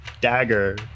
dagger